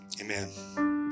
Amen